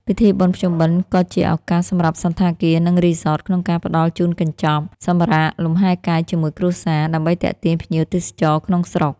ពិធីបុណ្យភ្ជុំបិណ្ឌក៏ជាឱកាសសម្រាប់សណ្ឋាគារ និងរីសតក្នុងការផ្តល់ជូនកញ្ចប់ "សម្រាកលំហែកាយជាមួយគ្រួសារ" ដើម្បីទាក់ទាញភ្ញៀវទេសចរក្នុងស្រុក។